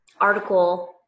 article